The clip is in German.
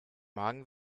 magen